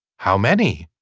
how many.